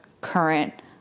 current